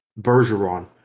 Bergeron